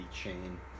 chain